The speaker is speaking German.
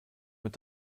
mit